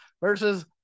versus